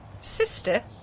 Sister